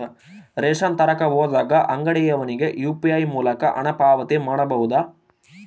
Ration ತರಕ ಹೋದಾಗ ಅಂಗಡಿಯವನಿಗೆ ಯು.ಪಿ.ಐ ಮೂಲಕ ಹಣ ಪಾವತಿ ಮಾಡಬಹುದಾ?